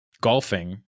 golfing